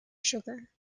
sugar